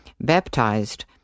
baptized